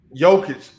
Jokic